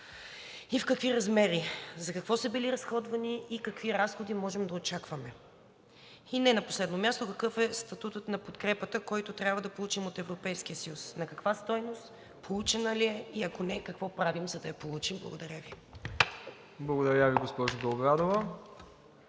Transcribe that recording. и в какви размери; за какво са били разходвани и какви разходи може да очакваме? И не на последно място: какъв е статутът на подкрепата, който трябва да получим от Европейския съюз; на каква стойност, получена ли е, и ако не, какво правим, за да я получим? Благодаря Ви. ПРЕДСЕДАТЕЛ МИРОСЛАВ